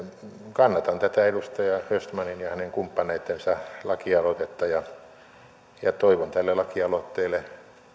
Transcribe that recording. kannatan tätä edustaja östmanin ja hänen kumppaneittensa lakialoitetta ja ja toivon tälle lakialoitteelle